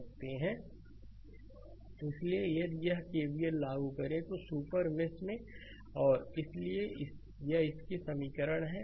slide समय देखें 1725 इसलिए यदि यह केवीएल लागू करें तो सुपर मेष में आर इसलिए यह इसके लिए समीकरण है